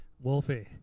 Wolfie